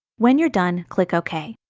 when you're done, click ok.